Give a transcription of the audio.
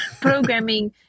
programming